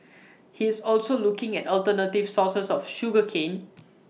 he is also looking at alternative sources of sugar cane